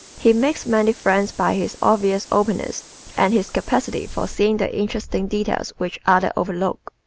he makes many friends by his obvious openness and his capacity for seeing the interesting details which others overlook.